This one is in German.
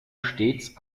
stets